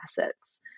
assets